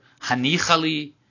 Hanichali